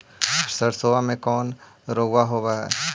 सरसोबा मे कौन रोग्बा होबय है?